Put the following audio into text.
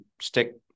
stick